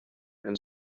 and